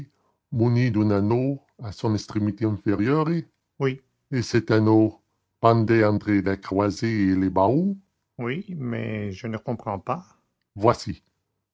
muni d'un anneau à son extrémité inférieure oui et cet anneau pendait entre la croisée et le bahut oui mais je ne comprends pas voici